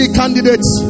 candidates